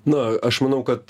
na aš manau kad